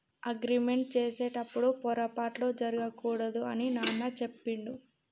agreement చేసేటప్పుడు పొరపాట్లు జరగకూడదు అని నాన్న చెప్పిండు